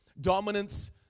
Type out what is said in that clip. dominance